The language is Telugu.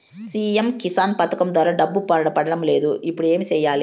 సి.ఎమ్ కిసాన్ పథకం ద్వారా డబ్బు పడడం లేదు ఇప్పుడు ఏమి సేయాలి